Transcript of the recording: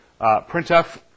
printf